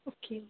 okay